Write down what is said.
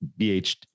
BH